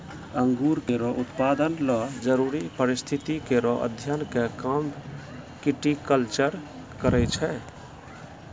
अंगूर केरो उत्पादन ल जरूरी परिस्थिति केरो अध्ययन क काम विटिकलचर करै छै